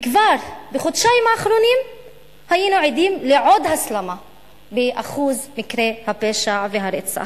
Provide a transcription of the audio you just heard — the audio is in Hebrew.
ובחודשיים האחרונים היינו עדים לעוד הסלמה באחוז מקרי הפשע והרצח.